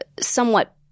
somewhat